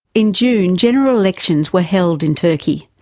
in june general elections were held in turkey,